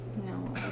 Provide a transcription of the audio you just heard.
no